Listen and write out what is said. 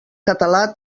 català